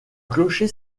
clocher